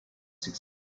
exist